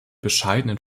bescheidenen